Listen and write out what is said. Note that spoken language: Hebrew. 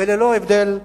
וללא הבדל בריאות.